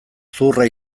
zuhurra